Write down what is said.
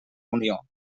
unió